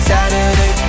Saturday